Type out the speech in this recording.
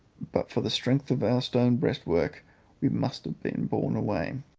but for the strength of our stone breastwork we must have been borne away.